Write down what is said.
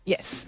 Yes